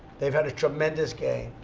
they've had a tremendous gain.